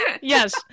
yes